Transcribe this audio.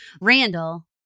Randall